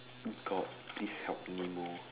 oh god please help me more